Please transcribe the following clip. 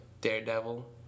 Daredevil